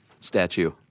statue